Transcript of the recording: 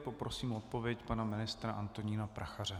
Poprosím o odpověď pana ministra Antonína Prachaře.